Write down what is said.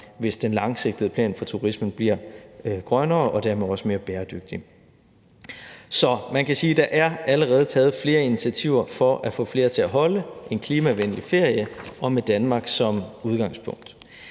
hvis den langsigtede plan for turisme bliver grønnere og dermed også mere bæredygtig. Så man kan sige, at der allerede er taget flere initiativer for at få flere til at holde en klimavenlig ferie og med Danmark som udgangspunkt.